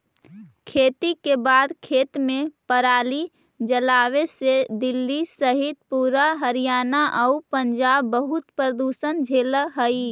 खेती के बाद खेत में पराली जलावे से दिल्ली सहित पूरा हरियाणा आउ पंजाब बहुत प्रदूषण झेलऽ हइ